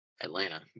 Atlanta